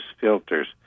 filters